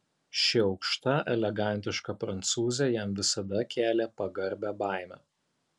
ši aukšta elegantiška prancūzė jam visada kėlė pagarbią baimę